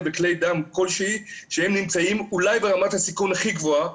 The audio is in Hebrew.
וכלי דם כלשהי שהם נמצאים אולי ברמת הסיכון הכי גבוהה